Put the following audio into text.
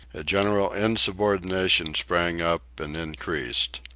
a general insubordination sprang up and increased.